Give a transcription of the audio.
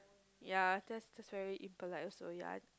ya that's that's very impolite also ya